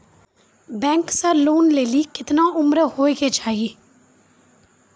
Bank से loan लेली केतना उम्र होय केचाही?